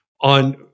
on